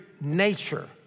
nature